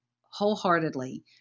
wholeheartedly